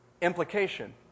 implication